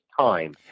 time